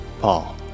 Paul